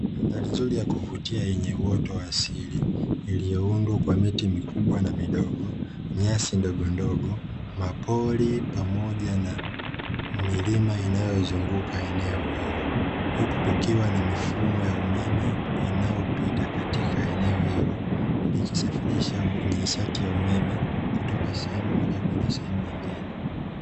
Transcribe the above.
Mandhari nzuri ya kuvutia yenye uoto wa asili iliyoundwa kwa miti mikubwa na midogo, nyasi ndogondogo, mapori pamoja na milima inayozunguka eneo hilo, huku kukiwa na mifumo ya umeme inayopita katika eneo hilo likisafirisha nishati ya umeme kutoka sehemu kwenye sehemu nyingine.